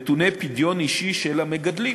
נתוני פדיון אישי של המגדלים.